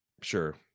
Sure